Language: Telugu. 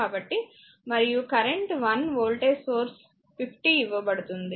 కాబట్టి మరియు కరెంట్ I వోల్టేజ్ సోర్స్ 50 ఇవ్వబడుతుంది